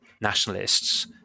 nationalists